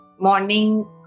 Morning